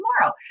tomorrow